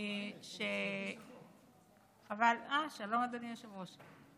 אה, שלום, אדוני היושב-ראש.